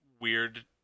weird